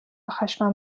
خشمم